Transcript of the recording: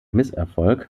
misserfolg